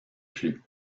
plus